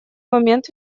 момент